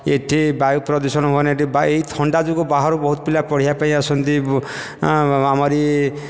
ଏଇଠି ଵାୟୁପ୍ରଦୂଷଣ ହୁଏନାହିଁ ଏଇଠି ବାୟୁ ଏ ଥଣ୍ଡା ଯୋଗୁଁ ବାହାରୁ ବହୁତ ପିଲା ପଢ଼ିବାପାଇଁ ଆସନ୍ତି ଆମର